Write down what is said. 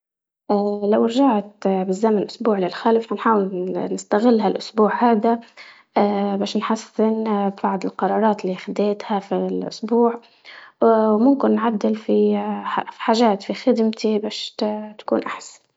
اه لو رجعت اه بالزمن اسبوع للخلف حنحاول نستغلها الاسبوع هذا، اه باش نحسن اه بعض القرارات اللي خديتها في الأسبوع، اه وممكن نعدل في اه حاجات في خدمتي باش تكون احسن